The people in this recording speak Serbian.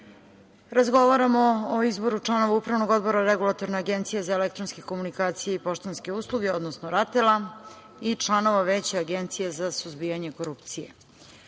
razgovaramo o izboru člana Upravnog odbora Regulatorne agencije za elektronske komunikacije i poštanske usluge, odnosno RATEL-a i članova Veća Agencije za suzbijanje korupcije.O